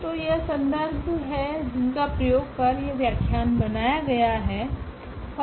तो यह संदर्भ है जिनका प्रयोग कर यह व्याख्यान बनाया गया हैं